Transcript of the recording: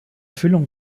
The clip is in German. erfüllung